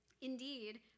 Indeed